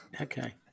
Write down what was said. Okay